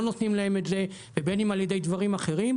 נותנים להם את זה ובין אם על-ידי דברים אחרים,